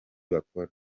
bakora